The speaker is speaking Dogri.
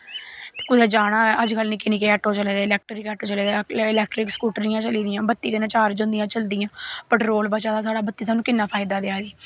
कुदै जाना होऐ अजकल्ल निक्के निक्के ऐटो चले दे इलैक्ट्रिक स्कूट्रियां चली दियां बत्ती कन्नै बत्ती कन्नै चार्ज होंदियां चलदियां पैटरोल बचदा साढ़ी बत्ती सानूं किन्ना फैदा देआ दी